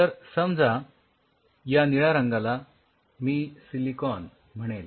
तर समजा या निळ्या रंगाला मी सिलिकॉन म्हणेल